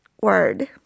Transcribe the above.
word